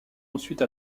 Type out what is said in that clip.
ensuite